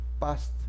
past